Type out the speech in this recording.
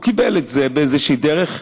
הוא קיבל את זה באיזושהי דרך,